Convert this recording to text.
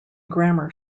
grammar